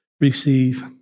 receive